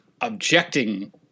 objecting